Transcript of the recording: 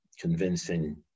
convincing